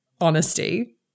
honesty